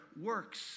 works